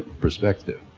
perspective.